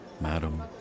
madam